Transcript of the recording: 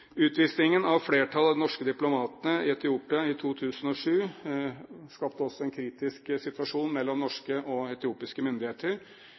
Utvisningen av flertallet av de norske diplomatene i Etiopia i 2007 skapte en kritisk situasjon mellom norske og etiopiske myndigheter.